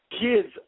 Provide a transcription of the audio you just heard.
kids